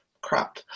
crap